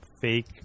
fake